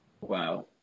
Wow